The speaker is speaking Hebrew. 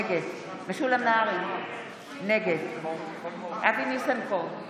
נגד משולם נהרי, נגד אבי ניסנקורן,